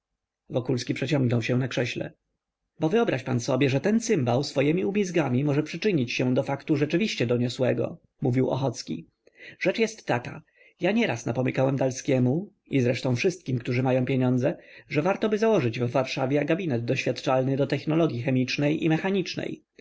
wokulski przeciągnął się na krześle bo wyobraź pan sobie że ten cymbał swojemi umizgami może przyczynić się do faktu rzeczywiście doniosłego mówił ochocki rzecz jest taka ja nieraz napomykałem dalskiemu i zresztą wszystkim którzy mają pieniądze że wartoby założyć w warszawie gabinet doświadczalny do technologii chemicznej i mechanicznej